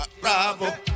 bravo